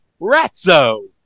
Ratzo